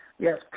Yes